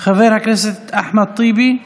חבר הכנסת אחמד טיבי,